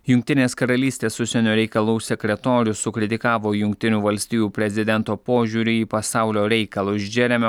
jungtinės karalystės užsienio reikalų sekretorius sukritikavo jungtinių valstijų prezidento požiūrį į pasaulio reikalus džeremio